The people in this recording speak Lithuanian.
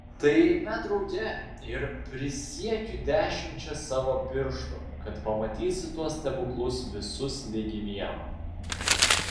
tai eime drauge ir prisiekiu dešimčia savo pirštų kad pamatysi tuos stebuklus visus ligi vieno